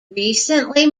recently